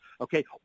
okay